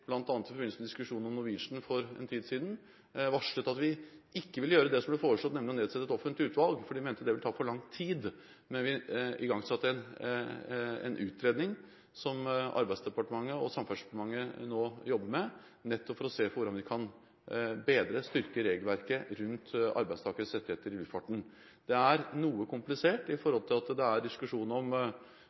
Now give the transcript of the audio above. i forbindelse med diskusjonen om Norwegian for en tid siden, varslet at vi ikke ville gjøre det som ble foreslått, nemlig å nedsette et offentlig utvalg, fordi vi mente at det ville ta for lang tid. Men vi igangsatte en utredning som Arbeidsdepartementet og Samferdselsdepartementet nå jobber med, nettopp for å se på hvordan vi kan bedre og styrke regelverket rundt arbeidstakeres rettigheter i luftfarten. Det er noe komplisert siden det er diskusjon om